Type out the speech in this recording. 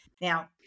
now